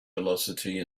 velocity